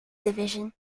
division